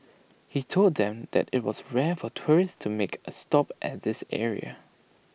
he told them that IT was rare for tourists to make A stop at this area